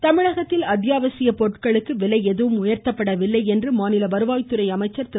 உதயகுமார் தமிழகத்தில் அத்யாவசிய பொருட்களுக்கு விலை எதுவும் உயர்த்தப்படவில்லை என்று மாநில வருவாய்துறை அமைச்சர் திரு